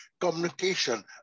communication